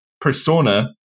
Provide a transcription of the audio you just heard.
persona